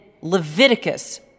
Leviticus